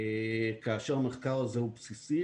כאשר המחקר הזה הוא בסיסי.